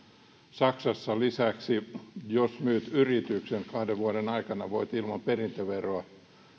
lisäksi saksassa jos myyt yrityksen kahden vuoden aikana voit ilman perintöveroa